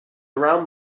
around